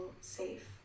safe